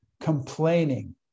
complaining